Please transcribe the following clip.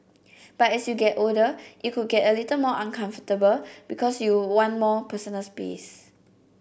but as you get older it could get a little more uncomfortable because you one more personal space